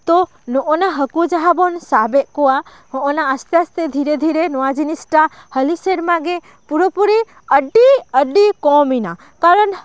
ᱛᱳ ᱱᱚᱜᱼᱱᱟ ᱦᱟᱹᱠᱩ ᱡᱟᱦᱟᱸ ᱵᱚᱱ ᱥᱟᱵᱽ ᱮᱫ ᱠᱚᱣᱟ ᱦᱚᱸᱜᱼᱱᱟ ᱟᱥᱛᱮ ᱟᱥᱛᱮ ᱫᱷᱤᱨᱮ ᱫᱷᱤᱨᱮ ᱱᱚᱣᱟ ᱡᱤᱱᱤᱥᱴᱟ ᱦᱟᱹᱞᱤ ᱥᱮᱨᱢᱟ ᱜᱮ ᱯᱩᱨᱟᱹ ᱯᱩᱨᱤ ᱟᱹᱰᱤ ᱟᱹᱰᱤ ᱠᱚᱢᱮᱱᱟ ᱠᱟᱨᱚᱱ